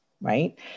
right